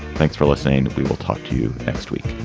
thanks for listening. we will talk to you next week